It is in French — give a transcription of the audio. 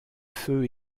feu